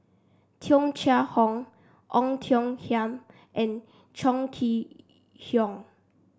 Tung Chye Hong Ong Tiong Khiam and Chong Kee Hiong